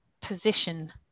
position